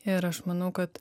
ir aš manau kad